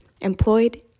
employed